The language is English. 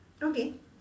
okay